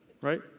right